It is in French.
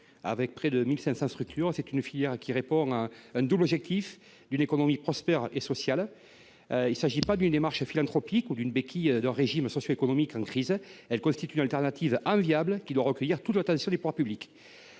et près de 1 500 structures. Cette filière répond à un double objectif : c’est une économie à la fois prospère et sociale. Il ne s’agit pas d’une démarche philanthropique ou d’une béquille d’un régime socio économique en crise. Elle constitue une alternative enviable qui doit recueillir toute l’attention des pouvoirs publics.